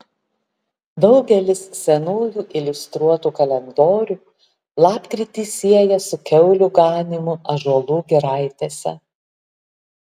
daugelis senųjų iliustruotų kalendorių lapkritį sieja su kiaulių ganymu ąžuolų giraitėse